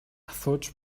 асууж